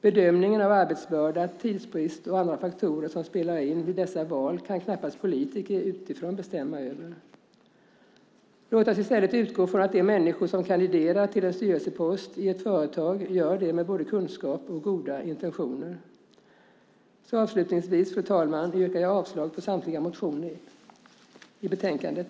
Bedömning av arbetsbörda, tidsbrist och andra faktorer som spelar in vid dessa val kan knappast politiker utifrån bestämma över. Låt oss i stället utgå från att de människor som kandiderar till en styrelsepost i ett företag gör det med både kunskap och goda intentioner. Fru talman! Jag yrkar avslag på samtliga motioner i betänkandet.